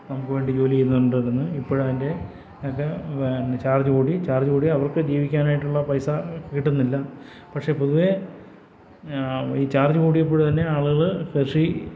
നമുക്കുവേണ്ടി ജോലിചെയ്യുന്നുണ്ട് എന്ന് ഇപ്പോഴാണതിൻ്റെയൊക്കെ ചാർജൂകൂടി ചാർജ് കൂടി അവർക്ക് ജീവിക്കാൻ വേണ്ടിയിട്ടുള്ള പൈസ കിട്ടുന്നില്ല പക്ഷേ പൊതുവെ ഈ ചാർജ് കൂടിയപ്പോൾത്തന്നെ അവർ കൃഷി